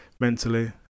mentally